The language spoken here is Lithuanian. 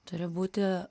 turi būti